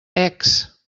ecs